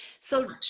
So-